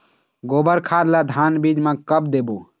गोबर खाद ला धान बीज म कब देबो?